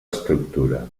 estructura